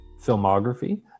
filmography